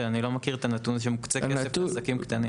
אני לא מכיר את הנתון שמוקצה כסף לעסקים קטנים.